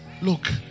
look